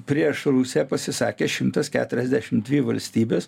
prieš rusiją pasisakė šimtas keturiasdešim dvi valstybės